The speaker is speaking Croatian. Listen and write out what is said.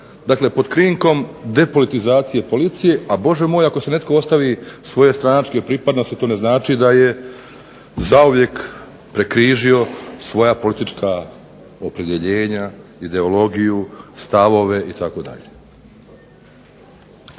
dakle pod krinom depolitizacije policije, a Bože moj ako se netko ostavi svoje stranačke pripadnosti to ne znači da je zauvijek prekrižio svoja politička opredjeljenja, stavove,